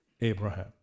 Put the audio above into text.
Abraham